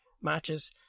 matches